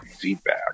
feedback